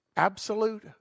Absolute